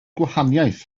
gwahaniaeth